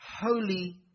holy